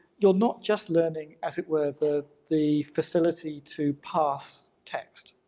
you're not just learning as it were the the facility to parse text.